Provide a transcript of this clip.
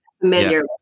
familiar